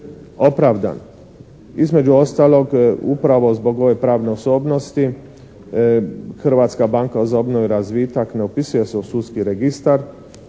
opravdan. Između ostalog upravo zbog ove pravne osobnosti Hrvatska banka za obnovu i razvitak ne upisuje se u sudski registar